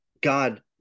god